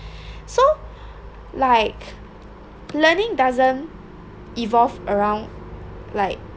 so like learning doesn't evolve around like